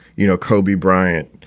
you know, kobe bryant,